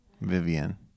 Vivian